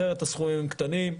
אחרת הסכומים קטנים,